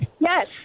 Yes